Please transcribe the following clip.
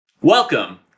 Welcome